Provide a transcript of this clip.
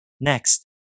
Next